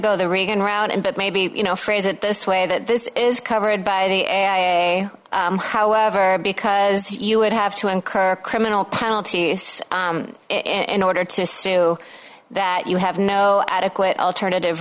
go the reagan route and that maybe you know phrase it this way that this is covered by the and however because you would have to incur criminal penalties in order to do that you have no adequate alternative